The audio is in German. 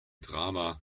drama